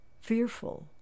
fearful